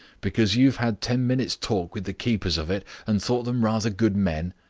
because you've had ten minutes' talk with the keepers of it and thought them rather good men?